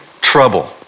trouble